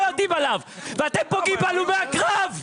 יודעים עליו ואתם פוגעים בהלומי הקרב.